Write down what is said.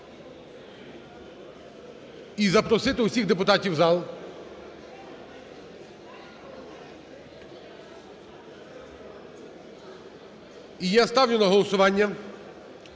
і запросити усіх депутатів в зал. І я ставлю на голосування